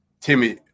Timmy